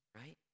right